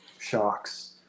shocks